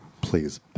Please